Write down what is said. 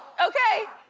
okay?